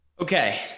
Okay